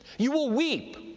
you will weep,